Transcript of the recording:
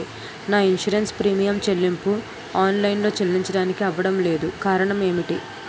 నా insurance premium చెల్లింపు online లో చెల్లించడానికి అవ్వడం లేదు కారణం ఏమిటి?